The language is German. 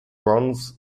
bronze